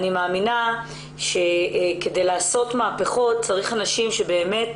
אני מאמינה שכדי לעשות מהפכות צריך אנשים שבאמת